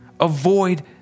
avoid